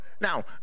Now